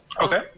Okay